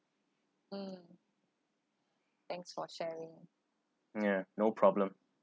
yeah no problem